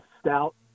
stout